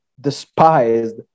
despised